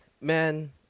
man